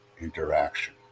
interaction